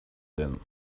then